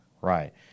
Right